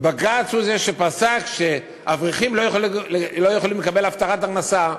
הוא זה שפסק שאברכים לא יכולים לקבל הבטחת הכנסה,